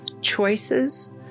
choices